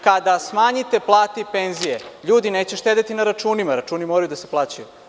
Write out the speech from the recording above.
Kada smanjite plate i penzije, ljudi neće štedeti na računima, računi moraju da se plaćaju.